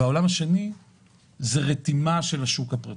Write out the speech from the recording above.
ושתיים - הרתימה של השוק הפרטי.